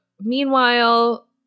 meanwhile